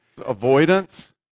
avoidance